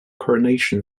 coronation